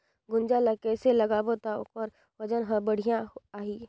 गुनजा ला कइसे लगाबो ता ओकर वजन हर बेडिया आही?